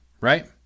right